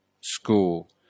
school